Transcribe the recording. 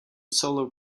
solo